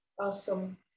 Awesome